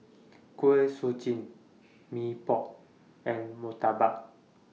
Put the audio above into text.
Kuih Suji Mee Pok and Murtabak